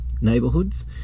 neighbourhoods